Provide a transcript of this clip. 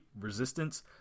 resistance